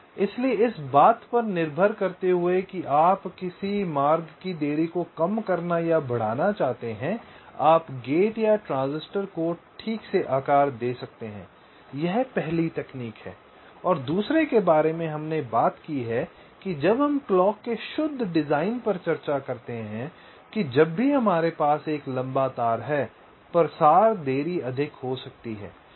इसलिए इस बात पर निर्भर करते हुए कि आप किसी मार्ग की देरी को कम करना या बढ़ाना चाहते हैं आप गेट या ट्रांजिस्टर को ठीक से आकार दे सकते हैं यह पहली तकनीक है और दूसरे के बारे में हमने बात की है जब हम क्लॉक के शुद्ध डिजाइन पर चर्चा करते हैं कि जब भी हमारे पास एक लंबा तार है प्रसार देरी अधिक हो सकती है